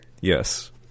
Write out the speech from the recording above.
Yes